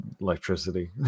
electricity